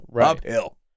uphill